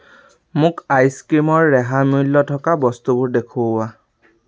মোক আইচ ক্ৰীমৰ ৰেহাই মূল্য থকা বস্তুবোৰ দেখুওৱা